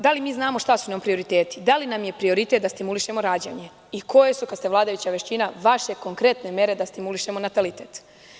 Da li mi znamo šta su prioriteti, da li nam je prioritet da stimulišemo rađanje i koje su, kada ste vladajuća većina, vaše konkretne mere, da stimulišemo natalitet?